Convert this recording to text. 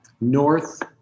North